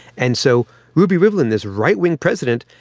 and so ruvi rivlin, this right-wing president,